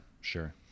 sure